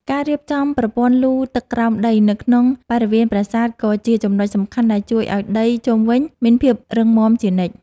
ការរៀបចំប្រព័ន្ធលូទឹកក្រោមដីនៅក្នុងបរិវេណប្រាសាទក៏ជាចំណុចសំខាន់ដែលជួយឱ្យដីជុំវិញមានភាពរឹងមាំជានិច្ច។